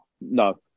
No